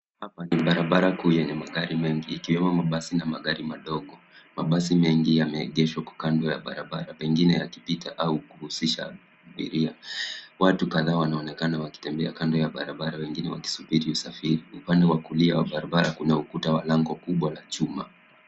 Hapa ni barabara kuu yenye magari mengi ikiwemo mabasi na magari madogo. Mabasi mengi yameegeshwa kando ya barabara, pengine yakipita au kuhusisha abiria. Watu kadhaa wanaoneka wakitembea kando ya barabara wengine wakisubiri usafiri. Upande wa kulia wa barabara kuna ukuta wa lango kubwa wa chuma.